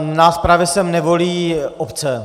Nás právě sem nevolí obce.